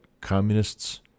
communists